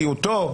בפריימריותו,